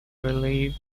relieve